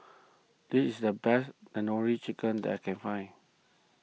this is the best Tandoori Chicken that I can find